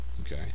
Okay